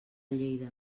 lleida